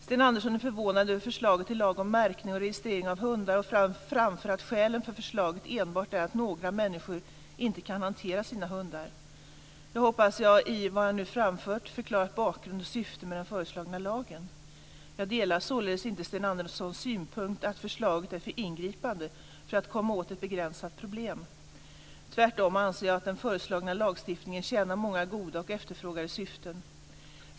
Sten Andersson är förvånad över förslaget till lag om märkning och registrering av hundar och framför att skälen för förslaget enbart är att några människor inte kan hantera sina hundar. Jag hoppas att jag i vad jag nu framfört har förklarat bakgrund och syfte med den föreslagna lagen. Jag delar således inte Sten Anderssons synpunkt att förslaget är för ingripande för att komma åt ett begränsat problem. Tvärtom anser jag att den föreslagna lagstiftningen tjänar många goda och efterfrågade syften.